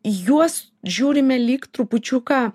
juos žiūrime lyg trupučiuką